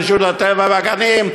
רשות הטבע והגנים,